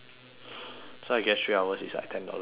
so I guess three hours is like ten dollars per hour then